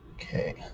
Okay